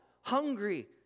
hungry